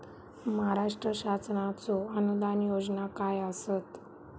महाराष्ट्र शासनाचो अनुदान योजना काय आसत?